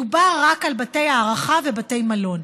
מדובר רק על בתי הארחה ובתי מלון.